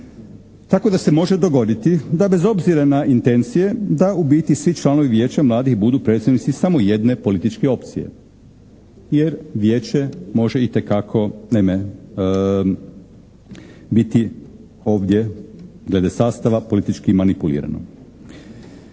Tako da se može dogoditi da bez obzira na intencije da u biti svi članovi Vijeća mladih budu predstavnici samo jedne političke opcije jer vijeće može itekako, naime biti ovdje glede sastava politički manipulirano.